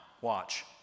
watch